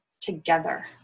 together